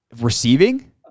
receiving